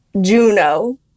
Juno